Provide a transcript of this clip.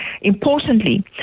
Importantly